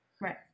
Right